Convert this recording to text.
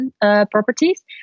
properties